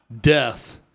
death